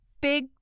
big